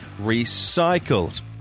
recycled